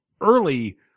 early